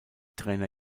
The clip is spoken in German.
trainer